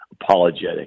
apologetic